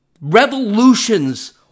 Revolutions